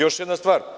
Još jedna stvar.